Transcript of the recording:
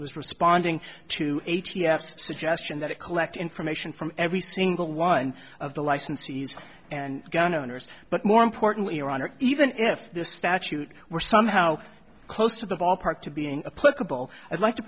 was responding to a t f suggestion that it collect information from every single one of the licensees and gun owners but more importantly your honor even if the statute were somehow close to the ballpark to being a political i'd like to